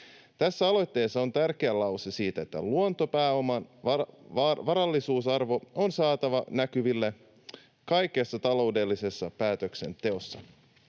Tässä aloitteessa on tärkeä lause siitä, että ”luontopääoman varallisuusarvo on saatava näkyville kaikessa taloudellisessa päätöksenteossa”.